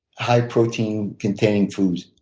high protein containing foods,